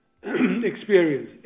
experience